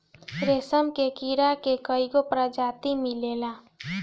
रेशम के कीड़ा के कईगो प्रजाति मिलेला